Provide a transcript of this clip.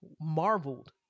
marveled